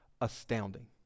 astounding